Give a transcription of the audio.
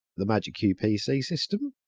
the magicq pc system